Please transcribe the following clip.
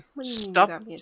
stop